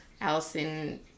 Allison